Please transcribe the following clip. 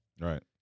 Right